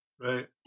Right